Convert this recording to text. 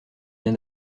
bien